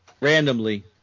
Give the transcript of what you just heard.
randomly